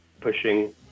pushing